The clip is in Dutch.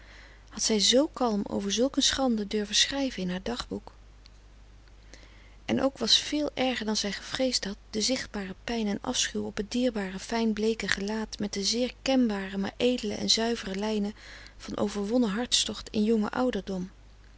had zij z kalm over zulk een schande durven schrijven in haar dagboek en ook was veel erger dan zij gevreesd had de zichtbare pijn en afschuw op het dierbare fijnbleeke gelaat met de zeer kenbare maar edele en zuivere lijnen van overwonnen hartstocht in jongen ouderdom